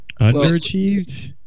Underachieved